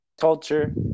culture